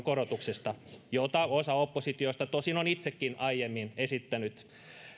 korotuksesta jota osa oppositiosta tosin on itsekin aiemmin esittänyt